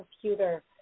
computer